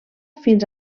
fins